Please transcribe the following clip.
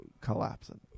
collapsing